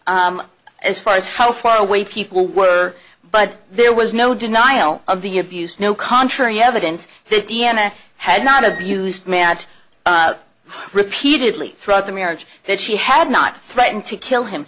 details as far as how far away people were but there was no denial of the abuse no contrary evidence that d n a had not abused matt repeatedly throughout the marriage that she had not threatened to kill him